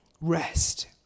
rest